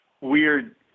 weird